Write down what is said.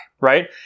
right